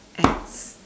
ex